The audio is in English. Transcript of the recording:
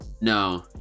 no